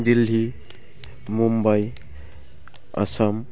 Delhi Mumbai Assam